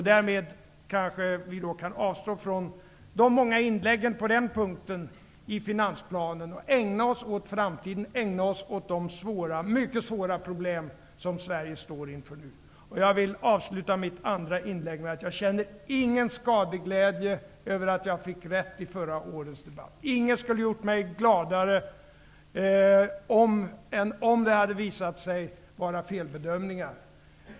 Därmed kanske vi kan avstå från de många inläggen på den punkten i finansplanen och ägna oss åt framtiden och ägna oss åt de mycket svåra problem som Sverige nu står inför. Jag vill avsluta mitt andra inlägg med att säga att jag inte känner någon skadeglädje över att jag fick rätt i förra årets debatt. Ingenting skulle ha gjort mig gladare än om det hade visat sig vara felbedömningar.